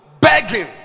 begging